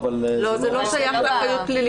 זה לא שייך לאחריות פלילית.